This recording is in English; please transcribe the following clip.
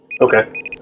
Okay